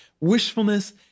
wishfulness